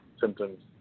symptoms